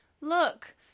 Look